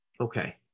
Okay